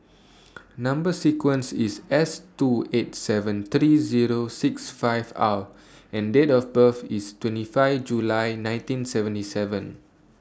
Number sequence IS S two eight seven three Zero six five R and Date of birth IS twenty five July nineteen seventy seven